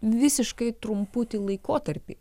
visiškai trumputį laikotarpį